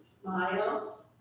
smile